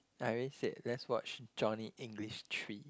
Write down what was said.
I already said let's watch Johnny English three